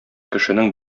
кешенең